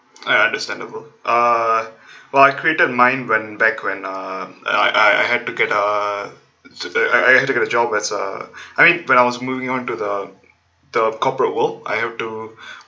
ah understandable uh well I created mine when back when uh I I I had to get uh I I have to get a job it's uh I mean when I was moving onto the the corporate world I have to